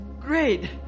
great